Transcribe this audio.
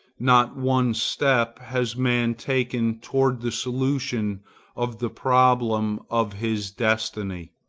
not one step has man taken toward the solution of the problem of his destiny.